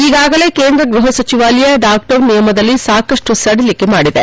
ಈಗಾಗಲೇ ಕೇಂದ್ರ ಗ್ಪಹ ಸಚಿವಾಲಯ ಲಾಕ್ಡೌನ್ ನಿಯಮದಲ್ಲಿ ಸಾಕಷ್ಟು ಸದಿಲಿಕೆ ಮಾದಿದೆ